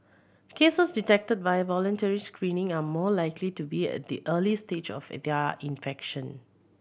cases detected via voluntary screening are more likely to be at the early stage of their infection